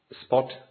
spot